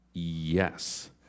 Yes